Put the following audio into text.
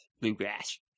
bluegrass